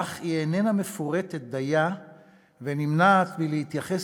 אך היא איננה מפורטת דייה ונמנעת מלהתייחס